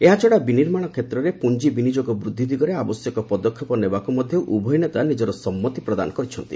ଏହାଛଡ଼ା ବିନିର୍ମାଣ କ୍ଷେତ୍ରରେ ପୁଞ୍ଜି ବିନିଯୋଗ ବୃଦ୍ଧି ଦିଗରେ ଆବଶ୍ୟକ ପଦକ୍ଷେପ ନେବାକୁ ମଧ୍ୟ ଉଭୟ ନେତା ନିଜର ସମ୍ମତି ପ୍ରଦାନ କରିଛନ୍ତି